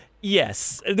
Yes